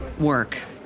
work